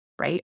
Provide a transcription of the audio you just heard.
right